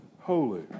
holy